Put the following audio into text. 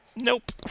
Nope